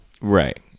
right